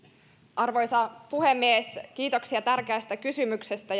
arvoisa puhemies kiitoksia tärkeästä kysymyksestä